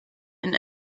and